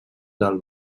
del